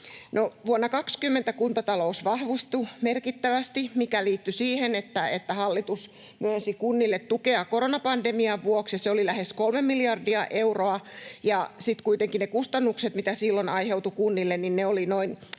vuonna 20 kuntatalous vahvistui merkittävästi, mikä liittyi siihen, että hallitus myönsi kunnille tukea koronapandemian vuoksi. Se oli lähes 3 miljardia euroa. Sitten kuitenkin ne kustannukset, mitä silloin aiheutui kunnille, olivat noin